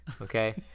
okay